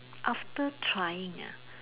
after trying ah